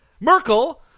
Merkel